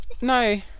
No